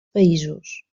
països